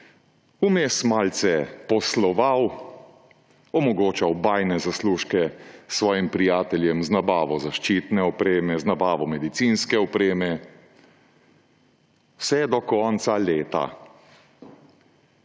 vmes malce posloval, omogočal bajne zaslužke svojim prijateljem z nabavo zaščitne opreme, z nabavo medicinske opreme, vse do konca leta,